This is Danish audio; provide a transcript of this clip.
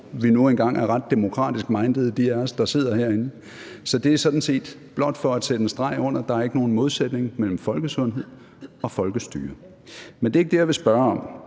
nu engang er ret demokratisk minded . Så det er sådan set blot for at sætte en streg under, at der er ikke er nogen modsætning mellem folkesundhed og folkestyre, og jeg ved godt, at det er